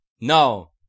No